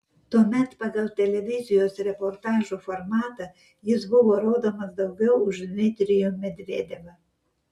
tuomet pagal televizijos reportažų formatą jis buvo rodomas daugiau už dmitrijų medvedevą